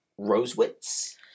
Rosewitz